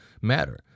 matter